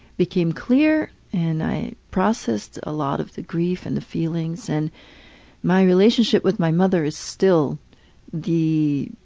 became clear and i processed a lot of the grief and the feelings and my relationship with my mother is still the